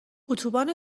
اتوبان